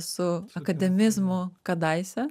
su akademizmu kadaise